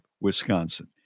Wisconsin